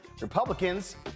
Republicans